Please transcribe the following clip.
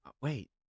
wait